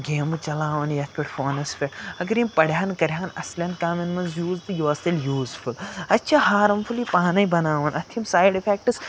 گیمہٕ چَلاوان یَتھ پٮ۪ٹھ فونَس پٮ۪ٹھ اگر یِم پَرِہَن کَرِہَن اَصلَن کامٮ۪ن منٛز یوٗز تہٕ یہِ اوس تیٚلہِ یوٗزفُل اَسہِ چھِ ہارَمفُلی پانَے بَناوان اَتھ یِم سایڈ اِفٮ۪کٹٕس